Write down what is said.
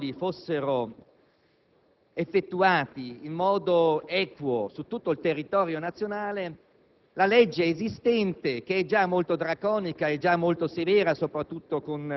infatti che se i controlli fossero effettuati in modo equo su tutto il territorio nazionale,